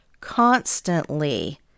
constantly